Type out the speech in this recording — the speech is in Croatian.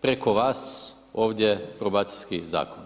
preko vas ovdje probacijski zakon.